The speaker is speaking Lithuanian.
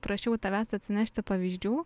prašiau tavęs atsinešti pavyzdžių